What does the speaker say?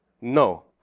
No